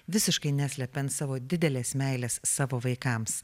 visiškai neslepiant savo didelės meilės savo vaikams